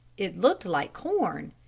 it looked like corn.